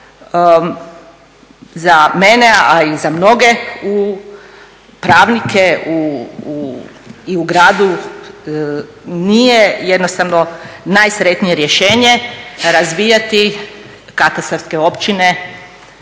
za mene a i za mnoge pravnike u gradu nije jednostavno najsretnije rješenje razbijati katastarske općine